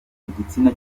igitsina